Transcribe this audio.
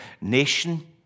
nation